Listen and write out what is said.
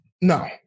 No